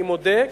אני מודה,